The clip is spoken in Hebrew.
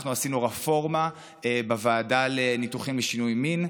אנחנו עשינו רפורמה בוועדה לניתוחים לשינוי מין,